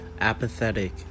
Apathetic